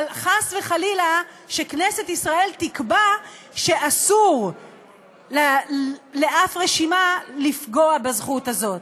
אבל חס וחלילה שכנסת ישראל תקבע שאסור לאף רשימה לפגוע בזכות הזאת.